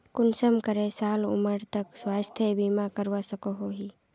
कुंसम करे साल उमर तक स्वास्थ्य बीमा करवा सकोहो ही?